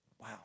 Wow